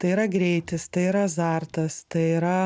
tai yra greitis tai yra azartas tai yra